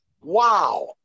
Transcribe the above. Wow